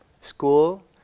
school